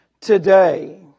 today